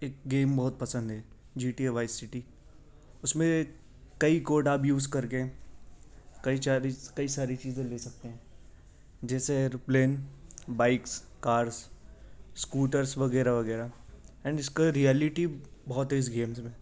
ایک گیم بہت پسند ہے G T A Vice City اس میں کئی کوڈ آپ یوز کر کے کئی چالیس کئی ساری چیزیں لے سکتے ہیں جیسے ایروپلین بائکس کارس اسکوٹرس وغیرہ وغیرہ اینڈ اس کا ریئلٹی بہت ہے اس گیمس میں